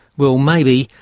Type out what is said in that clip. well, maybe,